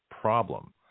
problem